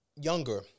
younger